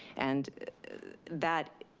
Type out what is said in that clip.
and that,